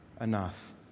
enough